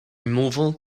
removal